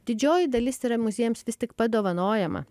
didžioji dalis yra muziejams vis tik padovanojama